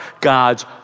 God's